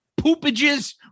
poopages